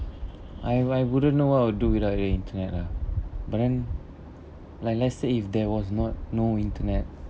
I I wouldn't know what I would do without the internet lah but then like let's say if there was not no internet